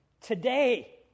Today